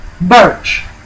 birch